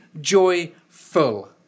joyful